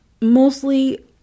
Mostly